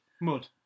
Mud